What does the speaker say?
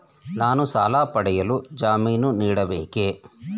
ನಾನು ಸಾಲ ಪಡೆಯಲು ಜಾಮೀನು ನೀಡಬೇಕೇ?